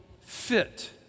fit